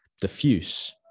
diffuse